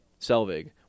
Selvig